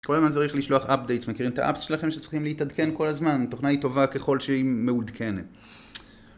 כל הזמן צריך לשלוח updates, מכירים את האפס שלכם שצריכים להתעדכן כל הזמן, תוכנה היא טובה ככל שהיא מעודכנת.